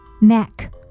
neck